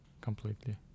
completely